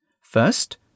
First